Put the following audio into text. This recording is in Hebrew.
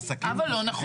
אבל לא נכון.